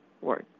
work